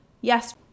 Yes